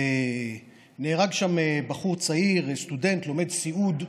נהרג שם בחור צעיר, סטודנט, לומד סיעוד,